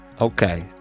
Okay